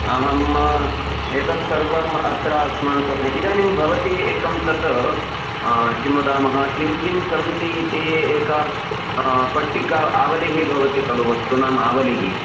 अहम् एतत् सर्वम् अत्र अस्माकम् इदानीं भवती एकं तत् किं वदामः किं किं सन्ति इति एका पट्टिका आवलिः भवति खलु वस्तूनाम् आवलिः